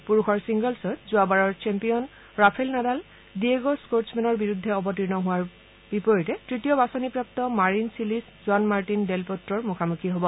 পুৰুষৰ ছিংগলছত যোৱাবাৰৰ চেম্পিয়ন ৰাফেল নাডাল ডিয়েগ' স্বৰ্টছমেনৰ বিৰুদ্ধে অৱতীৰ্ণ হোৱাৰ বিৰুদ্ধে তৃতীয় বাছনিপ্ৰাপ্ত মাৰিন ছিলিছ জোৱান মাৰ্টিন ডেলপ্ট'ৰ মুখামুখি হ'ব